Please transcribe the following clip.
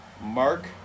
Mark